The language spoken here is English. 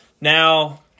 Now